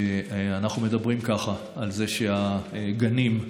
אנחנו מדברים על זה שהגנים,